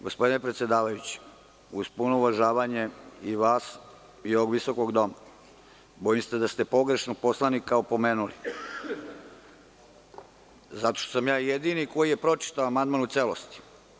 Gospodine predsedavajući, uz puno uvažavanje i vas i ovog visokog doma, bojim se da ste pogrešnog poslanika opomenuli, zato što sam ja jedini koji je pročitao amandman u celosti.